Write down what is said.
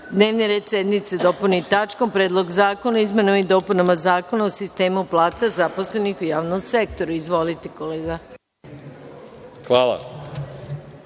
dnevni red sednice dopuni tačkom – Predlog zakona o izmenama i dopunama Zakona o sistemu plata zaposlenih u javnom sektoru. Izvolite, kolega. **Marko